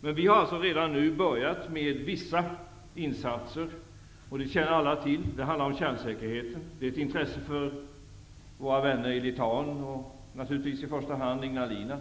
Vi har alltså redan nu börjat med vissa insatser, som alla känner till. Det handlar om kärnsäkerheten -- ett intresse för våra vänner i Litauen, och naturligtvis i första hand för Ignalina.